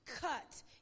cut